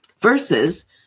versus